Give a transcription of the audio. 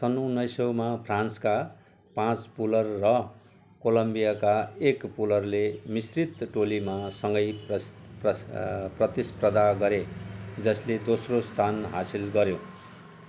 सन् उन्नाइस सयमा फ्रान्सका पाँच पुलर र कोलम्बियाका एक पुलरले मिश्रित टोलीमा सँगै प्रस प्रस प्रतिस्पर्धा गरे जसले दोस्रो स्थान हासिल गऱ्यो